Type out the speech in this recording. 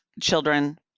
children